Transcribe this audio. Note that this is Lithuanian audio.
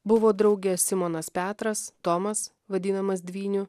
buvo drauge simonas petras tomas vadinamas dvyniu